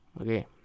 okay